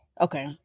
okay